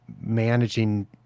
managing